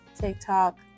tiktok